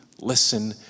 listen